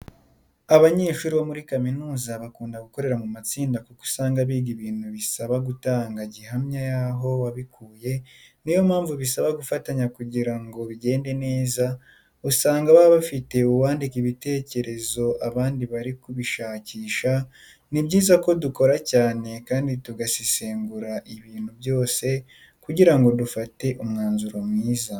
Abanyeshuri bo muri kaminuza bakunda gukorera mu matsinda kuko usanga biga ibintu bisaba gutanga gihamya yaho wabikuye niyo mpamvu bisaba gufatanya kugira ngo bigende neza, usanga baba bafite uwandika ibitekereze abandi bari kubishakisha, ni byiza ko dukora cyane kandi tugasesengura ibintu byose kugira ngo dufate umwanzuro mwiza.